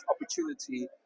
opportunity